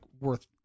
worth